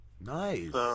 Nice